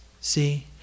See